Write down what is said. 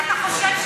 אתה חושב,